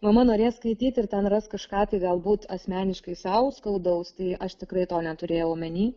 mama norės skaityti ir ten ras kažką tai galbūt asmeniškai sau skaudaus tai aš tikrai to neturėjau omeny